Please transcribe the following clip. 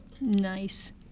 Nice